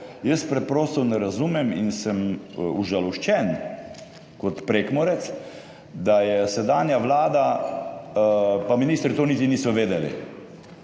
Jaz preprosto ne razumem in sem užaloščen kot Prekmurec, da je sedanja Vlada, pa ministri to niti niso vedeli,